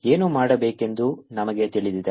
ಈಗ ಏನು ಮಾಡಬೇಕೆಂದು ನಮಗೆ ತಿಳಿದಿದೆ